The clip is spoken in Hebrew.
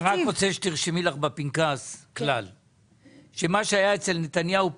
רק להזכיר שב-2020 כשהתחלנו לדון על התקציב ההמשכי,